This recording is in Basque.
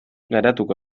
geratuko